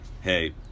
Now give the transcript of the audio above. hey